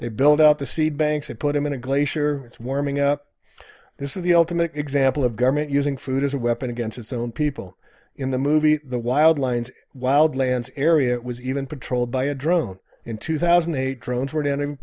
they build up the seed banks and put them in a glacier it's warming up this is the ultimate example of government using food as a weapon against its own people in the movie the wild lines wild lands area it was even patrolled by a drone in two thousand and eight drones were down